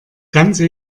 ganze